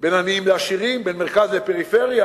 בין עניים לעשירים, בין מרכז לפריפריה,